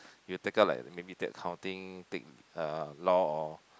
you take up like maybe take accounting take uh law or